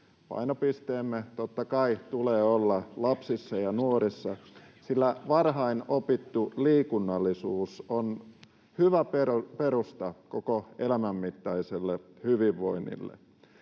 Painopisteemme totta kai tulee olla lapsissa ja nuorissa, sillä varhain opittu liikunnallisuus on hyvä perusta koko elämän mittaiselle hyvinvoinnille.